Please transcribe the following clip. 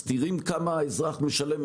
מסתירים כמה האזרח משלם,